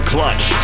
Clutch